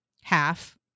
half